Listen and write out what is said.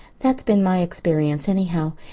that has been my experience anyhow.